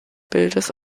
bildes